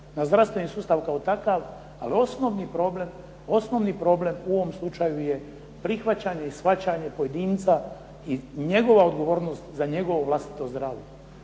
na zdravstveni sustav kao takav, ali osnovni problem u ovom slučaju je prihvaćanje i shvaćanje pojedinca i njegova odgovornost za njegovo vlastito zdravlje.